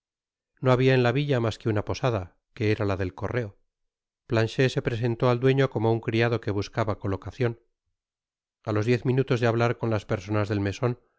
no habia en la villa mas que una posada que era la del correo planchet se presentó al dueño como un criado que buscaba colocacion a los diez minutos de hablar con las personas del meson